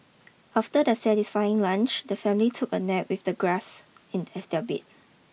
after their satisfying lunch the family took a nap with the grass in as their bed